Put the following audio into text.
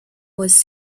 was